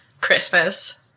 Christmas